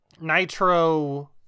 Nitro